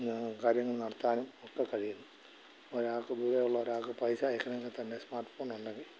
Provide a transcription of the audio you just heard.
കാര്യങ്ങൾ നടത്താനും ഒക്കെ കഴിയുന്നു ഒരാൾക്ക് ദൂരെയുള്ള ഒരാൾക്ക് പൈസ അയയ്ക്കണമെങ്കിൽ തന്നെ സ്മാർട്ട് ഫോൺ ഉണ്ടെങ്കിൽ